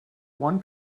one